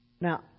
Now